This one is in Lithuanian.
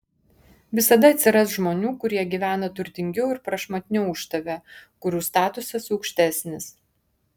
visada atsiras žmonių kurie gyvena turtingiau ir prašmatniau už tave kurių statusas aukštesnis